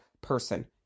person